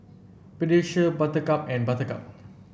Pediasure Buttercup and Buttercup